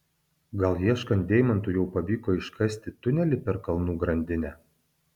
gal ieškant deimantų jau pavyko iškasti tunelį per kalnų grandinę